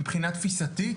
מבחינה תפיסתית,